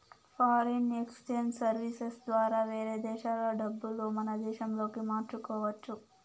foreign exchange services ద్వారా వేరే దేశాల డబ్బులు మన దేశంలోకి మార్చుకోవచ్చు